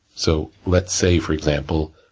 so, let's say, for example,